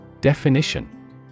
Definition